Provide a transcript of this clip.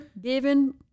given